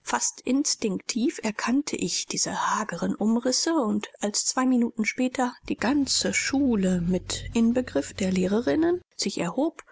fast instinktiv erkannte ich diese hageren umrisse und als zwei minuten später die ganze schule mit inbegriff der lehrerinnen sich erhob